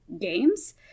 games